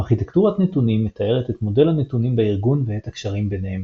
ארכיטקטורת נתונים מתארת את מודל הנתונים בארגון ואת הקשרים ביניהם.